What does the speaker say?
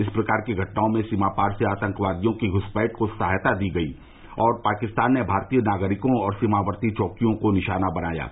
इस प्रकार की घटनाओं में सीमापार से आतंकवादियों की घुसपैठ को सहायता दी गयी और पाकिस्तान ने भारतीय नागरिकों और सीमावर्ती चौकियों को निशाना बनाया गया